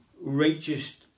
righteous